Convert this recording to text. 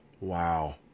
Wow